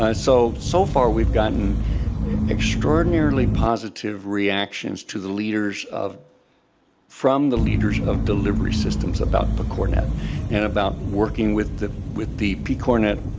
ah so, so far we've gotten extraordinary positive reactions to the leaders of from the leaders of delivery systems about pcornet and about working with the with the pcornet